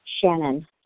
Shannon